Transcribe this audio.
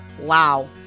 Wow